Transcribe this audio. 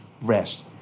rest